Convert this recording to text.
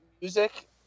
music